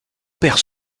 père